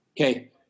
okay